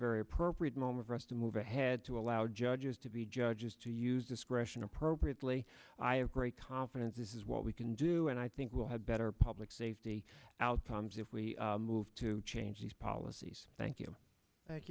very appropriate moment for us to move ahead to allow judges to be judges to use discretion appropriately i have great confidence this is what we can do and i think we'll have better public safety outcomes if we move to change these policies thank you thank